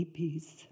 peace